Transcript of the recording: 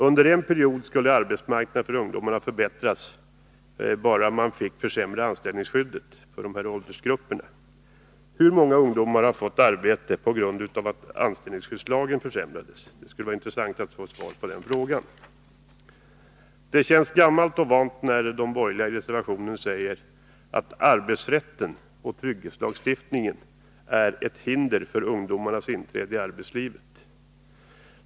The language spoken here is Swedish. Under en period skulle arbetsmarknaden för ungdomarna förbättras, bara man fick försämra anställningsskyddet för de aktuella åldersgrupperna. Hur många ungdomar har fått arbete på grund av att anställningsskyddslagen försämrades? Det skulle vara intressant att få ett svar på den frågan. Det känns gammalt och vant att ta del av det som de borgerliga säger i reservation 7, att arbetsrätten och trygghetslagstiftningen utgör ”hinder för ungdomens inträde i arbetslivet”.